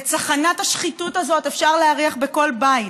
את צחנת השחיתות הזאת אפשר להריח בכל בית,